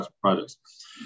projects